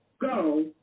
go